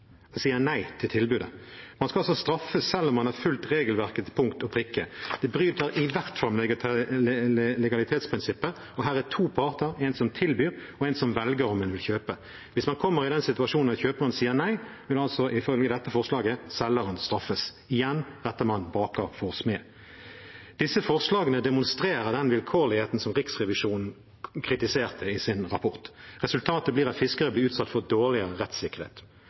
sier nei til tilbudet. Man skal altså straffes selv om man har fulgt regelverket til punkt og prikke. Det bryter i hvert fall legalitetsprinsippet. Her er det to parter, en som tilbyr, og en som velger om en vil kjøpe. Hvis man kommer i den situasjonen at kjøperen sier nei, vil altså selgeren straffes, ifølge dette forslaget. Igjen retter man baker for smed. Disse forslagene demonstrerer den vilkårligheten som Riksrevisjonen kritiserte i sin rapport. Resultatet blir at fiskere blir utsatt for dårligere rettssikkerhet.